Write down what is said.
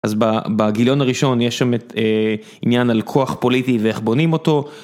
אז בגיליון הראשון יש שם עניין על כוח פוליטי ואיך בונים אותו.